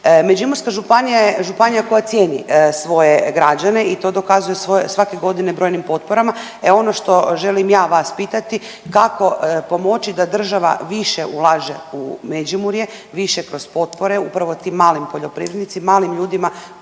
Međimurska županija je županija koja cijeni svoje građane i to dokazuje svake godine brojnim potporama. E ono što želim ja vas pitati kako pomoći da država više ulaže u Međimurje, više kroz potpore upravo tim malim poljoprivrednicima, malim ljudima